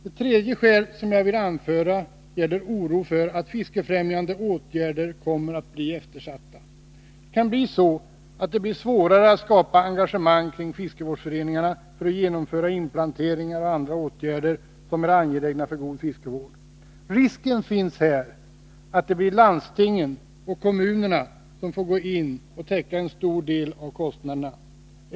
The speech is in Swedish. Ett tredje skäl som jag vill anföra gäller oron för att fiskefrämjande åtgärder kommer att bli eftersatta. Det kan bli så att det blir svårare att skapa engagemang kring fiskevårdsföreningarna för att genomföra inplanteringar och andra åtgärder som är angelägna för god fiskevård. Risken finns ju här att det blir landsting och kommuner som måste täcka en stor del av kostnaderna.